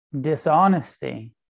dishonesty